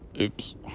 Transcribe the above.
Oops